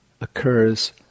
occurs